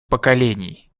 поколений